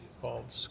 called